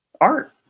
Art